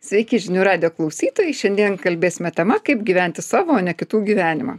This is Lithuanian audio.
sveiki žinių radijo klausytojai šiandien kalbėsime tema kaip gyventi savo o ne kitų gyvenimą